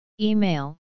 Email